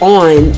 on